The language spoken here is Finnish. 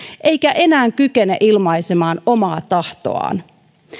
eikä enää kykene ilmaisemaan omaa tahtoaan